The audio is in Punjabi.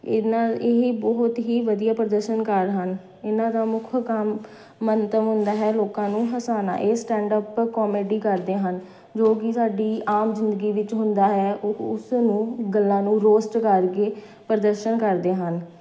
ਇਹਨਾਂ ਇਹ ਬਹੁਤ ਹੀ ਵਧੀਆ ਪ੍ਰਦਰਸ਼ਨਕਾਰ ਹਨ ਇਹਨਾਂ ਦਾ ਮੁੱਖ ਕੰਮ ਮੰਤਵ ਹੁੰਦਾ ਹੈ ਲੋਕਾਂ ਨੂੰ ਹਸਾਉਣਾ ਇਹ ਸਟੈਂਡਅਪ ਕੋਮੇਡੀ ਕਰਦੇ ਹਨ ਜੋ ਕਿ ਸਾਡੀ ਆਮ ਜ਼ਿੰਦਗੀ ਵਿੱਚ ਹੁੰਦਾ ਹੈ ਉਹ ਉਸ ਨੂੰ ਗੱਲਾਂ ਨੂੰ ਰੋਸਟ ਕਰਕੇ ਪ੍ਰਦਰਸ਼ਨ ਕਰਦੇ ਹਨ